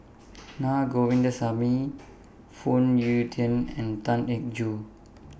Naa Govindasamy Phoon Yew Tien and Tan Eng Joo